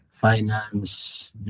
finance